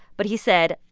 but he said,